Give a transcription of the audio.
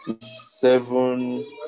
Seven